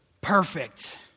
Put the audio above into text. perfect